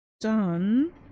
done